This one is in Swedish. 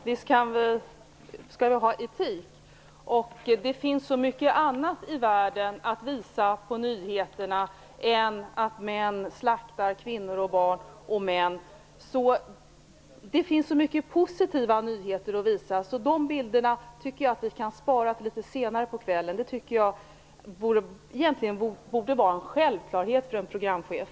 Fru talman! Visst skall man ha etik. Det finns så mycket annat i världen att visa på nyheterna än att män slaktar kvinnor, barn och män. Det finns så många positiva nyheter att visa. De andra bilderna tycker jag att vi kan spara till litet senare på kvällen. Det borde egentligen vara en självklarhet för en programchef.